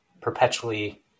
perpetually